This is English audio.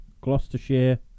Gloucestershire